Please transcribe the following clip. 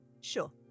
Sure